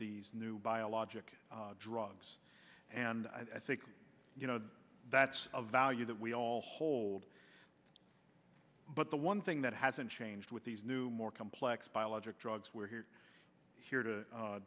these new biologic drugs and i think you know that's a value that we all hold but the one thing that hasn't changed with these new more complex biologic drugs we're here here to